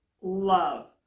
love